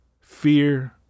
fear